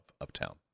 uptown